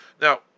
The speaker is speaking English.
Now